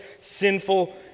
sinful